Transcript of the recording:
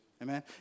Amen